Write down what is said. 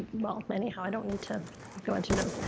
well, anyhow, i don't need to go into notes.